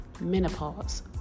menopause